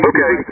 Okay